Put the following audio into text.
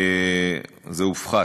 זה הופחת.